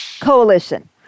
coalition—